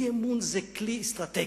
אי-אמון זה כלי אסטרטגי,